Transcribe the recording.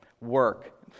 work